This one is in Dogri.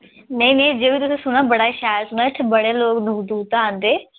नेईं नेईं जो बी तुसें सुना बड़ा शैल सुने दा इत्थै बड़े लोग दूर दूर दा आंदे